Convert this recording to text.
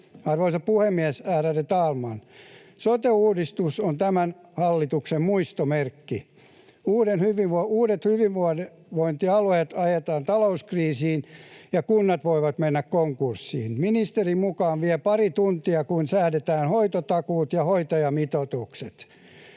Arvoisa puhemies, ärade talman! Sote-uudistus on tämän hallituksen muistomerkki. Uudet hyvinvointialueet ajetaan talouskriisiin, ja kunnat voivat mennä konkurssiin. Ministerin mukaan vie pari tuntia, kun säädetään hoitotakuut ja hoitajamitoitukset.